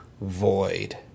void